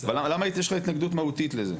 למה יש לך התנגדות מהותית לזה?